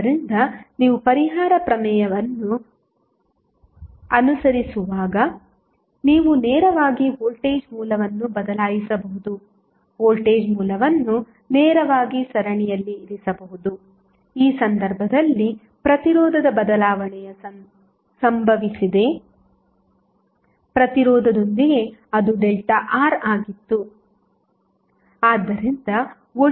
ಆದ್ದರಿಂದ ನೀವು ಪರಿಹಾರ ಪ್ರಮೇಯವನ್ನು ಅನುಸರಿಸುವಾಗ ನೀವು ನೇರವಾಗಿ ವೋಲ್ಟೇಜ್ ಮೂಲವನ್ನು ಬದಲಾಯಿಸಬಹುದು ವೋಲ್ಟೇಜ್ ಮೂಲವನ್ನು ನೇರವಾಗಿ ಸರಣಿಯಲ್ಲಿ ಇರಿಸಬಹುದು ಈ ಸಂದರ್ಭದಲ್ಲಿ ಪ್ರತಿರೋಧದ ಬದಲಾವಣೆಯು ಸಂಭವಿಸಿದ ಪ್ರತಿರೋಧದೊಂದಿಗೆ ಅದು ΔR ಆಗಿತ್ತು